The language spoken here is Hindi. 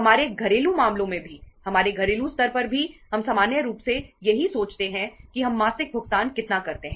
हमारे घरेलू मामलों भी हमारे घरेलू स्तर पर भी हम सामान्य रूप से यही सोचते हैं कि हम मासिक भुगतान कितना करते हैं